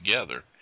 together